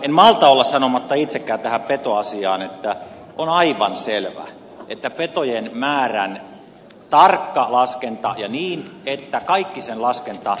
en malta olla sanomatta itsekin tähän petoasiaan että on aivan selvä että petojen määrän tarkka laskenta niin että kaikki sen laskentatuloksen hyväksyvät on kaiken lähtökohta